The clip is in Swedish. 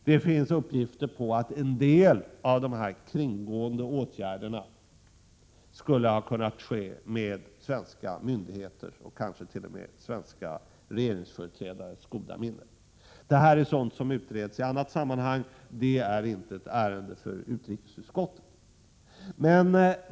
Det finns uppgifter om att en del av dessa åtgärder skulle ha skett med svenska myndigheters och kanske t.o.m. med svenska regeringsföreträdares goda minne. Detta är frågor som utreds i annat sammanhang — det är inte ett ärende för utrikesutskottet.